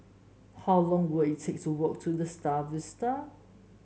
how long will it take to walk to The Star Vista